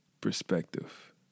perspective